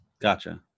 Gotcha